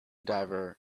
diver